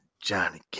Johnny